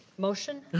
motion?